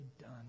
done